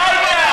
הבית שלך בעזה.